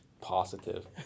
Positive